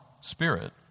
spirit